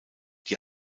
die